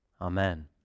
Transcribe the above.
amen